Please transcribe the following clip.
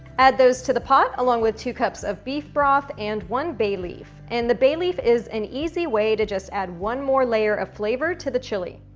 add those to the pot, along with two cups of beef broth and one bay leaf, and the bay leaf is an easy way to just add one more layer of flavor to the chili.